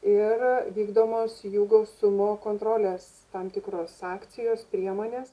ir vykdomos jų gausumo kontrolės tam tikros akcijos priemonės